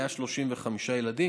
היו 35 ילדים.